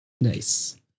Nice